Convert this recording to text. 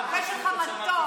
הפה שלך מתוק.